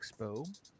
Expo